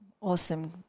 Awesome